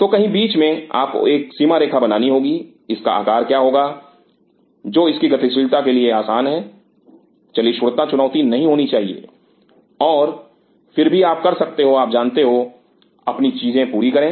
तो कहीं बीच में आपको एक सीमा रेखा बनानी होगी इसका आकार क्या होगा जो इसकी गतिशीलता के लिए आसान है चलिष्णुता चुनौती नहीं होनी चाहिए और फिर भी आप कर सकते हो आप जानते हो अपनी चीजें पूरी करें